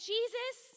Jesus